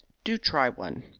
do try one.